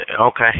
Okay